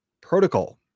Protocol